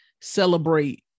celebrate